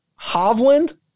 Hovland